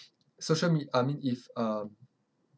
social me~ I mean if uh